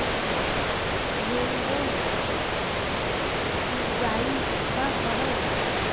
Rain gun सिंचाई का हवय?